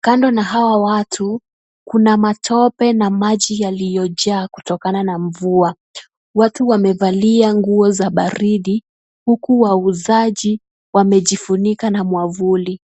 Kando na hawa watu, kuna matope na maji yaliyojaa kutokana na mvua. Watu wamevalia nguo za baridi, huku wauzaji wamejifunika na mwavuli.